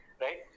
right